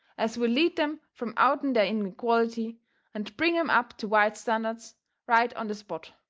as will lead them from out'n their inequality and bring em up to white standards right on the spot.